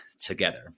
together